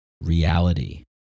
reality